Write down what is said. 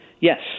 Yes